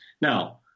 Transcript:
now